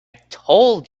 told